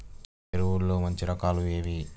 ఎరువుల్లో మంచి రకాలు ఏవి?